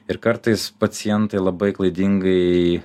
ir kartais pacientai labai klaidingai